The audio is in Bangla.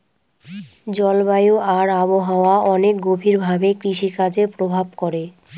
জলবায়ু আর আবহাওয়া অনেক গভীর ভাবে কৃষিকাজে প্রভাব করে